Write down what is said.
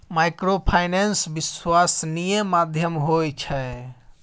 Microfinance विश्वासनीय माध्यम होय छै?